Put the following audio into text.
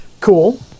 cool